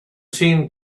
seen